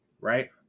right